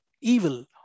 evil